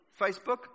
Facebook